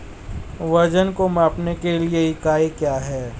वजन को मापने के लिए इकाई क्या है?